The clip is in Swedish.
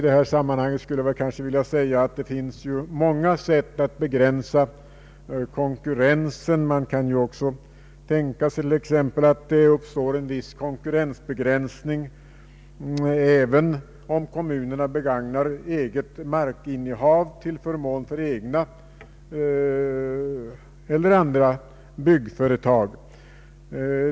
Det finns många sätt på vilka konkurrensen kan begränsas. Man kan tänka sig att det uppstår en viss konkurrensbegränsning, även om kommunerna begagnar sig av eget markinnehav till förmån för egna eller andra byggföretag.